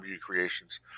creations